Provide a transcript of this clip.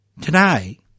Today